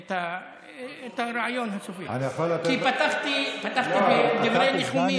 את הרעיון, כי פתחתי בדברי ניחומים.